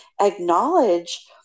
acknowledge